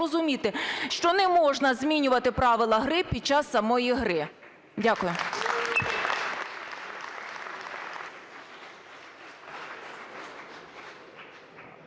що не можна змінювати правила гри під час самої гри. Дякую.